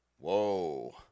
Whoa